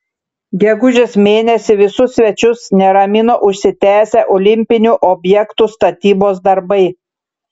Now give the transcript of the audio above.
gegužės mėnesį visus svečius neramino užsitęsę olimpinių objektų statybos darbai